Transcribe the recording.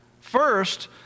First